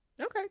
Okay